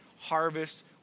harvest